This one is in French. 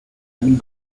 ville